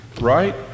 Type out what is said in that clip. Right